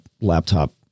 laptop